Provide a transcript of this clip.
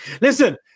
listen